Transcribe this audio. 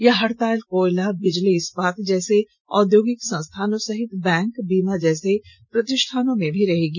यह हड़ताल कोयला बिजली इस्पात जैसे औद्योगिक संस्थानों सहित बैंक बीमा जैसे प्रतिष्ठानों में भी रहेगी